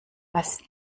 was